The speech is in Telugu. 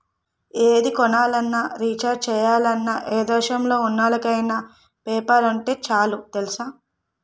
ఏది కొనాలన్నా, రీచార్జి చెయ్యాలన్నా, ఏ దేశంలో ఉన్నోళ్ళకైన పేపాల్ ఉంటే చాలు తెలుసా?